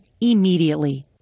immediately